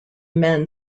men